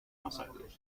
masacre